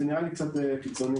זה נראה קצת קיצוני.